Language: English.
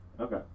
okay